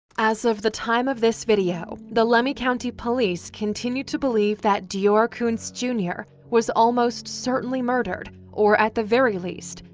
as of the time of this video, the lemhi county police continue to believe that deorr kunz jr. was almost certainly murdered or, at the very least,